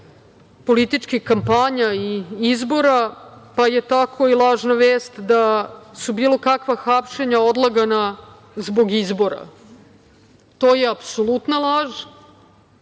političkih kampanja i izbora, pa je tako i lažna vest da su bilo kakva hapšenja odlagana zbog izbora. To je apsolutna laž. Mi